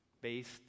based